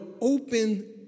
open